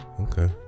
okay